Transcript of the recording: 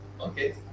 Okay